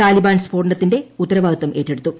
താലിബാൻ സ്ഫോടനത്തിന്റെ ഉത്തരവാദിത്തം ഏറ്റെടുത്തു